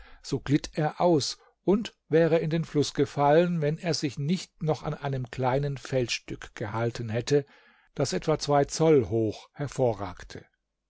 so glitt er aus und wäre in den fluß gefallen wenn er sich nicht noch an einem kleinen felsstück gehalten hätte das etwa zwei zoll hoch hervorragte